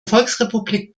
volksrepublik